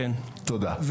--- רן,